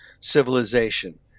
civilization